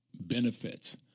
benefits